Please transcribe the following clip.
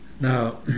Now